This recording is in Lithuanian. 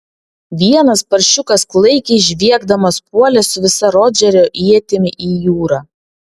vienas paršiukas klaikiai žviegdamas puolė su visa rodžerio ietimi į jūrą